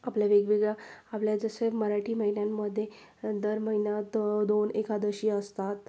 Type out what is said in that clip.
आपल्या वेगवेगळ्या आपल्या जसे मराठी महिन्यांमध्ये दर महिन्यात दोन एकादशी असतात